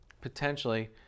potentially